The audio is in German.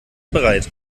bereit